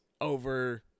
over